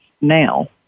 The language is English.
now